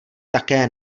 také